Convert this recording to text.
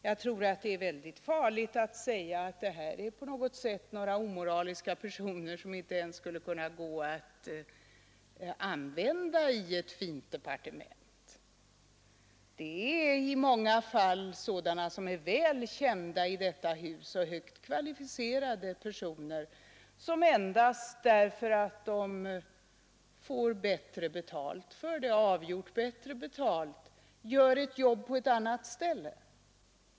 Jag tror att det är väldigt farligt att säga att detta är på t använda i den m något sätt omoraliska personer som inte ens skulle kunna gå ett fint departement. Det är i många fall personer som är väl kända i detta hus, som är kvalificerade och som endast därför att de får avgjort bättre betalt gör ett jobb på ett annat ställe.